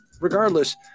regardless